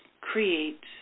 creates